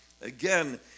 Again